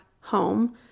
home